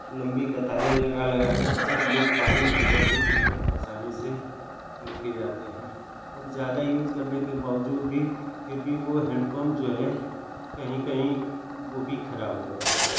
लम्बी कतारें लगा लगाकर के लोग पानी भर भरके दिक्कत परेशानी से लेकर जाते हैं और ज़्यादा यूज़ करने के बावजूद फिर भी वह हैन्डपम्प जो है कहीं कहीं वह भी खराब हो जाता है